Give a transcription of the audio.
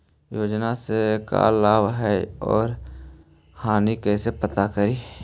योजना से का लाभ है या हानि कैसे पता करी?